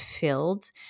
filled